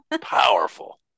powerful